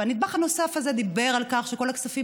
והנדבך הנוסף הזה דיבר על כך שכל הכספים